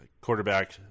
quarterback